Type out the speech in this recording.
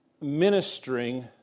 ministering